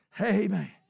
Amen